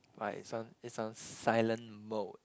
why it's on it's on silent mode